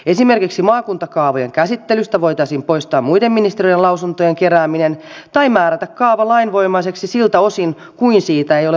esimerkiksi maakuntakaavojen käsittelystä voitaisiin poistaa muiden ministeriöiden lausuntojen kerääminen tai määrätä kaava lainvoimaiseksi siltä osin kuin siitä ei ole valitettu